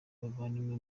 bavandimwe